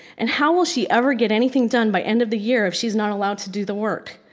and how will she ever get anything done by end of the year if she's not allowed to do the work?